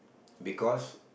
because